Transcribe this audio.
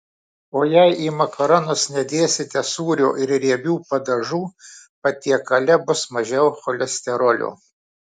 o jei į makaronus nedėsite sūrio ir riebių padažų patiekale bus mažiau cholesterolio